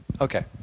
Okay